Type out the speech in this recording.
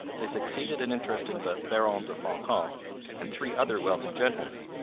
they succeeded in interesting the baron de fancamp and three other wealthy gentlemen,